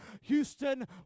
Houston